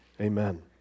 Amen